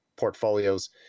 portfolios